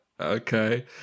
Okay